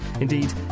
indeed